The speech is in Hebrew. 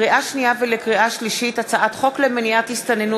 לקריאה שנייה ולקריאה שלישית: הצעת חוק למניעת הסתננות